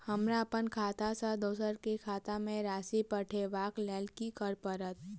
हमरा अप्पन खाता सँ दोसर केँ खाता मे राशि पठेवाक लेल की करऽ पड़त?